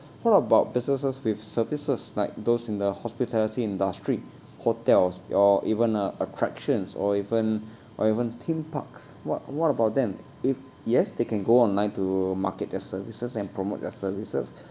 what about businesses with services like those in the hospitality industry hotels or even uh attractions or even or even theme parks what what about them if yes they can go online to market their services and promote their services